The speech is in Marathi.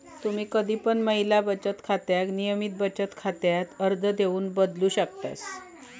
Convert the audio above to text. तुम्ही कधी पण महिला बचत खात्याक नियमित बचत खात्यात अर्ज देऊन बदलू शकतास